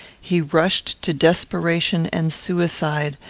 he rushed to desperation and suicide,